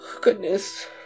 Goodness